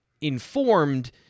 informed